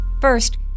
First